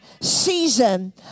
season